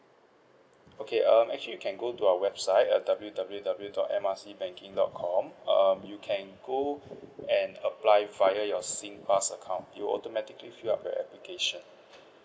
okay um actually can go to our website at W W W dot M R C banking dot com um you can go and apply via your Singpass account it'll automatically fill up the application